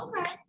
Okay